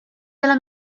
della